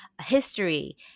history